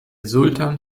sultan